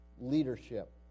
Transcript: leadership